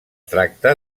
tracta